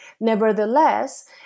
Nevertheless